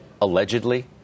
Allegedly